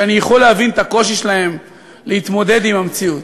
שאני יכול להבין את הקושי שלהם להתמודד עם המציאות,